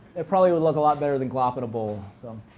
it probably would look a lot better than glop in a bowl. so